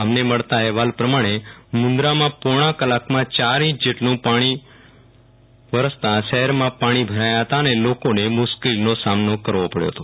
અમને મળતા અહેવાલ પ્રમાણે મુન્દ્રામાં પોણા કલાકમાં યાર ઇંચ જેટલું પાણી વરસતા શહેરમાં પાણી ભરાયાહતા અને લોકોને મુશ્કેલીનો સામનો કરવો પડ્યો હતો